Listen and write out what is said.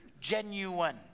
genuine